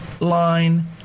line